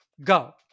go